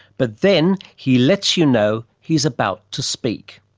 but then he lets you know he's about to speak.